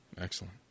Excellent